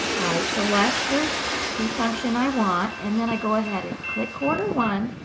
i select there the function i want. and then i go ahead and click quarter one,